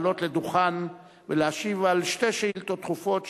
לעלות לדוכן ולהשיב על שתי שאילתות דחופות,